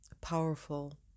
powerful